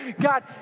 God